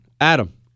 Adam